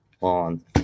on